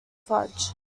fudge